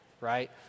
Right